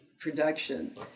production